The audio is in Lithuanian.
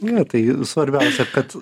ne tai svarbiausia kad